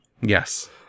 yes